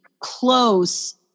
close